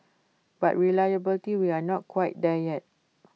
but reliability we are not quite there yet